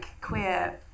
queer